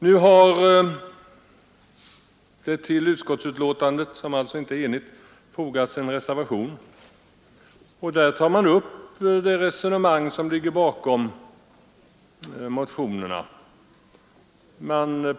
Nu är utskottsbetänkandet inte enhälligt, utan det finns en reservation i vilken man tar upp det resonemang som ligger bakom motionen.